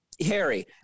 Harry